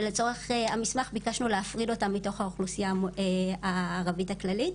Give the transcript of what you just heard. לצורך המסמך ביקשנו להפריד אותם מתוך האוכלוסייה הערבית הכללית,